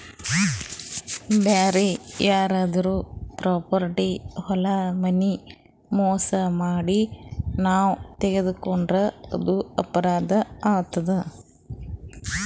ಬ್ಯಾರೆ ಯಾರ್ದೋ ಪ್ರಾಪರ್ಟಿ ಹೊಲ ಮನಿ ಮೋಸ್ ಮಾಡಿ ನಾವ್ ತಗೋಂಡ್ರ್ ಅದು ಅಪರಾಧ್ ಆತದ್